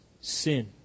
sin